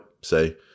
say